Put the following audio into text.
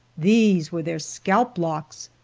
these were their scalp locks.